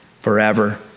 forever